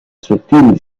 sottili